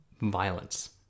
violence